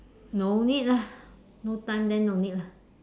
no need lah no time then no need lah